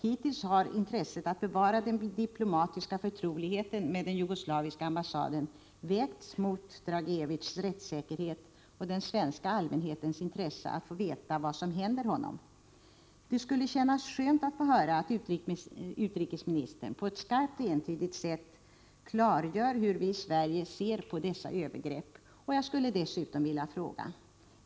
Hittills har intresset att bevara den diplomatiska förtroligheten med den jugoslaviska ambassaden vägts mot Dragicevics rättssäkerhet och den svenska allmänhetens intresse att få veta vad som händer honom. Det skulle kännas skönt att få höra att utrikesministern på ett skarpt och entydigt sätt klargör hur vi i Sverige ser på dessa övergrepp. 1.